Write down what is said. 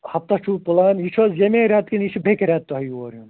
ہفتس چھُو پٕلان یہِ چھا حظ ییٚمے ریٚتہٕ کنہٕ یہِ چھُ بیٚیہِ ریٚتہٕ تۄہہِ یور یُن